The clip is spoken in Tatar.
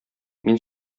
мин